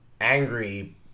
angry